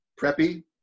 preppy